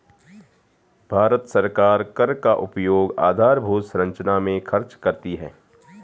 भारत सरकार कर का उपयोग आधारभूत संरचना में खर्च करती है